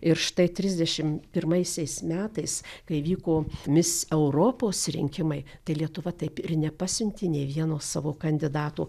ir štai trisdešim pirmaisiais metais kai vyko mis europos rinkimai tai lietuva taip ir nepasiuntė nė vieno savo kandidato